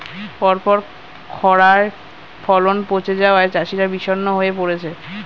পরপর খড়ায় ফলন পচে যাওয়ায় চাষিরা বিষণ্ণ হয়ে পরেছে